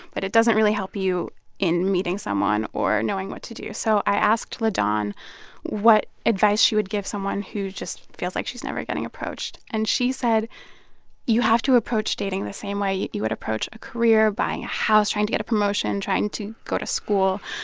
but it doesn't really help you in meeting someone or knowing what to do so i asked ladawn what advice she would give someone who just feels like she's never getting approached. and she said you have to approach dating the same way you you would approach a career, buying a house, trying to get a promotion, trying to go to school,